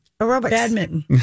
Badminton